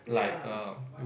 ya